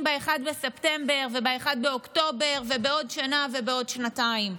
ב-1 בספטמבר וב-1 באוקטובר ובעוד שנה ובעוד שנתיים.